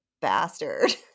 bastard